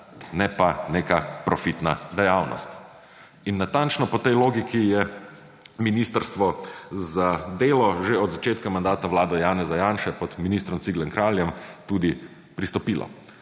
ne pa neka profitna dejavnost. Natančno po tej logiki je Ministrstvo za delo že od začetka mandata vlada Janeza Janše pod ministrom Ciglerjem Kraljem tudi pristopilo.